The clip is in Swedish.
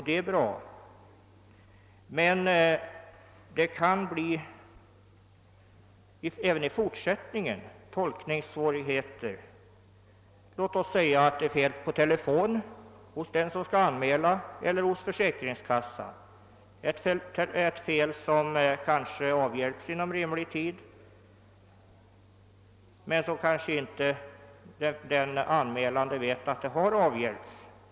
Det är bra, men det kan även i fortsättningen bli tolkningssvårigheter. Låt oss säga att det är fel på telefonen hos den som skall göra anmälan eller hos försäkringskassan, ett fel som kanske avhjälps inom rimlig tid men som den anmälande inte vet har avhjälpts.